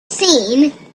seen